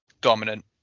dominant